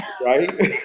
Right